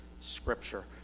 scripture